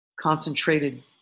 concentrated